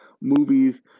movies